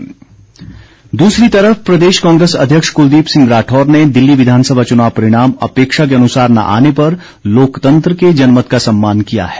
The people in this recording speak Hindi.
राठौर दूसरी तरफ प्रदेश कांग्रेस अध्यक्ष कुलदीप सिंह राठौर ने दिल्ली विधानसभा चुनाव परिणाम अपेक्षा के अनुसार न आने पर लोकतंत्र के जनमत का सम्मान किया है